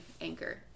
anchor